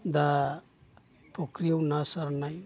दा फुख्रियाव ना सारनाय